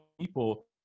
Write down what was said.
people